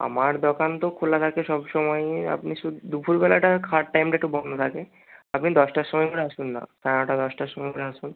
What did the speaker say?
আমার দোকান তো খোলা থাকে সব সময়ই আপনি দুপুরবেলাটা খাওয়ার টাইমটা একটু বন্ধ থাকে আপনি দশটার সময় করে আসুন না সাড়ে নটা দশটার সময় করে আসুন